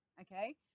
okay